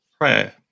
prayer